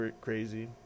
crazy